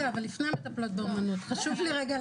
אבל לפני המטפלות באומנות חשוב לי רגע להגיד,